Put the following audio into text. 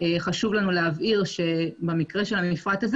חשוב לנו להבהיר שבמקרה של המפרט הזה